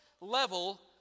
level